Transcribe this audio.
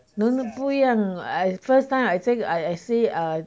no no 不一样 I first time I think I I see err